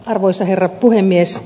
arvoisa herra puhemies